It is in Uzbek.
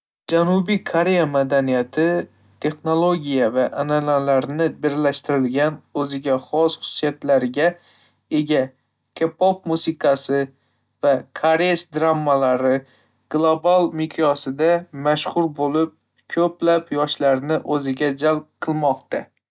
Janubiy Koreya madaniyati texnologiya va an'analarni birlashtirgan o'ziga xos xususiyatga ega. K-pop musiqasi va koreys dramalari global miqyosda mashhur bo'lib, ko'plab yoshlarni o'ziga jalb qilmoqda.